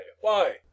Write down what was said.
why